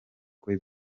kwe